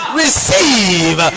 receive